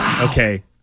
Okay